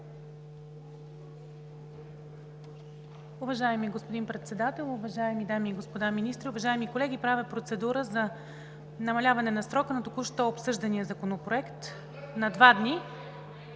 Уважаеми господин Председател, уважаеми дами и господа министри, уважаеми колеги! Правя процедура за намаляване на срока на току-що обсъждания законопроект на два дни.